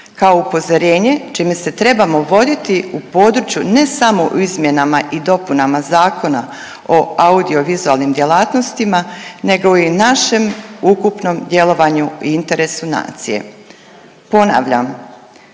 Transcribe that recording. kao upozorenje čime se trebamo voditi u području ne samo u izmjenama i dopunama Zakona o audio-vizualnim djelatnostima, nego i našem ukupnom djelovanju i interesu nacije. Ponavljam,